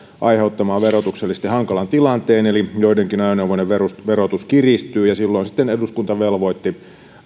aiheuttamaan verotuksellisesti hankalan tilanteen eli joidenkin ajoneuvojen verotus kiristyy silloin sitten eduskunta velvoitti